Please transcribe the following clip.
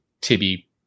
Tibby